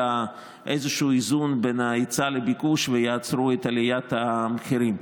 לאיזשהו איזון בין ההיצע לביקוש ויעצרו את עליית המחירים.